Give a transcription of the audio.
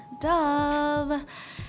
Dove